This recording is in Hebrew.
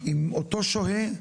עם אותו שוהה,